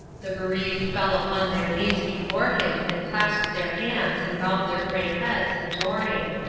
the bereaved fell upon their knees before him and clasped their hands and bowed their gray heads, adoring.